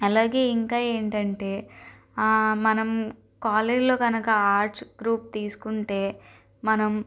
అలాగే ఇంకా ఏంటంటే మనం కాలేజ్లో గనక ఆర్ట్స్ గ్రూప్ తీసుకుంటే మనం